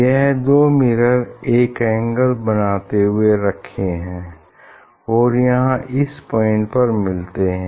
यह दो मिरर एक एंगल बनाते हुए रखे हैं और यहाँ इस पॉइंट पर मिलते हैं